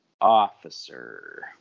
officer